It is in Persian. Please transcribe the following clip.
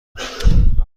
دارم